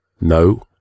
No